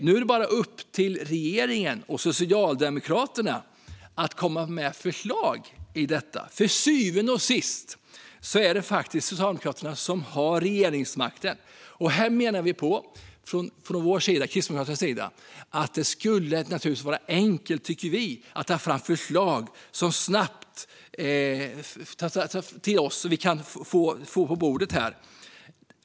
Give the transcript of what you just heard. Nu är det bara upp till regeringen och Socialdemokraterna att komma med förslag i fråga om detta. För till syvende och sist är det faktiskt Socialdemokraterna som har regeringsmakten. Vi menar från Kristdemokraternas sida att det naturligtvis skulle vara enkelt att snabbt ta fram förslag som läggs på bordet här.